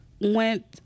Went